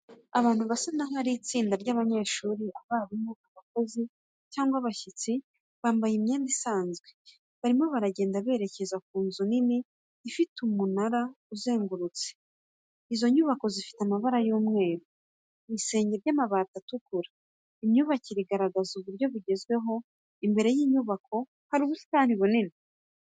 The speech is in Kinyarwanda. Abantu basa n'aho ari itsinda ry'abanyeshuri, abarimu, abakozi cyangwa abashyitsi, bambaye imyenda isanzwe. Barimo baragenda berekeza ku nzu nini ifite umunara uzengurutse. Izo nyubako zifite amabara y'umweru, ku bisenge by'amabati atukura. Imyubakire igaragaza uburyo bugezweho, imbere y'inyubako hari ubusitani bunini.